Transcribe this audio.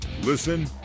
listen